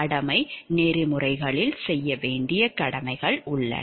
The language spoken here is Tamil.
கடமை நெறிமுறைகளில் செய்ய வேண்டிய கடமைகள் உள்ளன